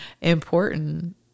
important